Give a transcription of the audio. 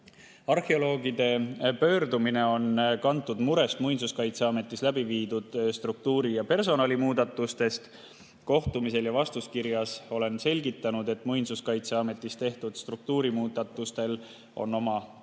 Arheoloogide pöördumine on kantud murest Muinsuskaitseametis läbiviidud struktuuri‑ ja personalimuudatuste pärast. Kohtumisel ja vastuskirjas olen selgitanud, et Muinsuskaitseametis tehtud struktuurimuudatustel on oma taust.